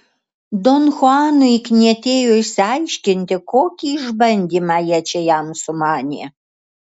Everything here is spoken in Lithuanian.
don chuanui knietėjo išsiaiškinti kokį išbandymą jie čia jam sumanė